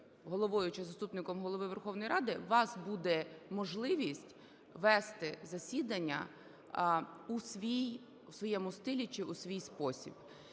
головою чи заступником Голови Верховної Ради, у вас буде можливість вести засідання у своєму стилі чи у свій спосіб.